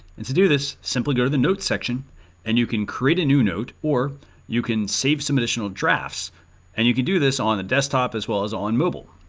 and to do this, simply go to the notes section and you can create a new note or you can save some additional drafts and you can do this on a desktop as well as on mobile.